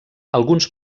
alguns